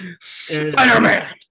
Spider-Man